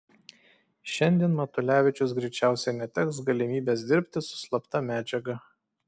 šiandien matulevičius greičiausiai neteks galimybės dirbti su slapta medžiaga